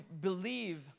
believe